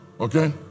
Okay